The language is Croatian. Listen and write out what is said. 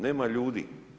Nema ljudi.